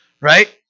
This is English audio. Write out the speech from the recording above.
right